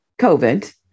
COVID